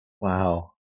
Wow